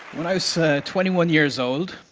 when i was twenty one years old,